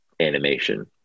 animation